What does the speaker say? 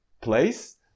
place